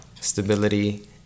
stability